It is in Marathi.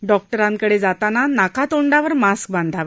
डॉक्टरींकडज्ञाताना नाकातोंडावर मास्क बांधावा